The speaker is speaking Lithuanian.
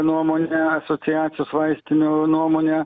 nuomonę asociacijos vaistinių nuomonę